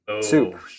Soup